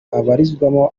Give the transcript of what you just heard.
abarizwamo